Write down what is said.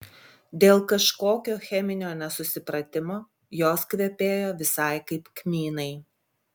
dėl kažkokio cheminio nesusipratimo jos kvepėjo visai kaip kmynai